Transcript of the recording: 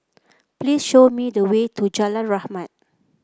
please show me the way to Jalan Rahmat